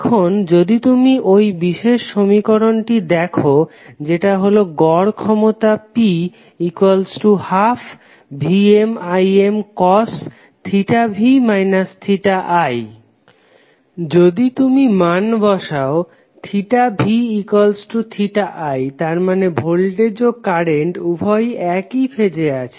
এখন যদি তুমি ওই বিশেষ সমীকরণটি দেখো যেটা হলো গড় ক্ষমতা P P12VmImcos v i যদি তুমি মান বসাও vi তার মানে ভোল্টেজ ও কারেন্ট উভয়েই একই ফেজে আছে